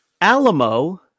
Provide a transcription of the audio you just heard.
Alamo